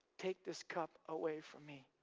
take this cup away from me